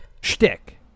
Shtick